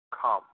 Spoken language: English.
come